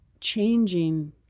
changing